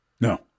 No